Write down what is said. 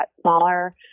smaller